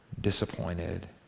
disappointed